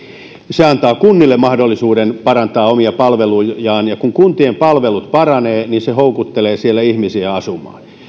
se antaa kunnille mahdollisuuden parantaa omia palvelujaan ja kun kuntien palvelut paranevat niin se houkuttelee siellä ihmisiä asumaan